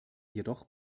jedoch